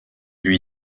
lui